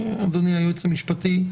אדוני היועץ המשפטי,